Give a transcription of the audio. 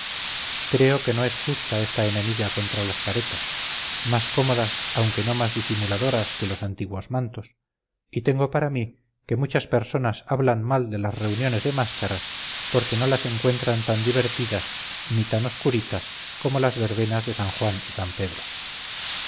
creo que no es justa esta enemiga contra las caretas más cómodas aunque no más disimuladoras que los antiguos mantos y tengo para mí que muchas personas hablan mal de las reuniones de máscaras porque no las encuentran tan divertidas ni tan oscuritas como las verbenas de san juan y san pedro